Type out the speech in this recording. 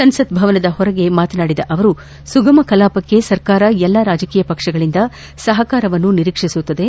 ಸಂಸತ್ ಭವನದ ಹೊರಗೆ ಮಾತನಾಡಿದ ಅವರು ಸುಗಮ ಕಲಾಪಕ್ಕೆ ಸರ್ಕಾರ ಎಲ್ಲ ರಾಜಕೀಯ ಪಕ್ಷಗಳಿಂದ ಸಹಕಾರ ನಿರೀಕ್ಸಿಸುತ್ತದೆ